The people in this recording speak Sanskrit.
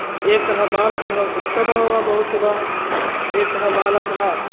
एकः बालकः उत्तमो वा भवति वा एकः बालकः